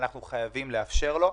אנחנו חייבים לאפשר לו.